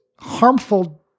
harmful